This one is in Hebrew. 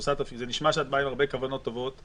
נשמע שאת באה עם הרבה כוונות טובות,